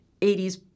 80s